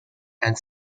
and